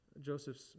Joseph's